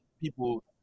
people